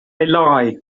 lie